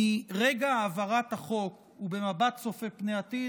מרגע העברת החוק ובמבט צופה פני עתיד,